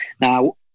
Now